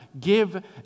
Give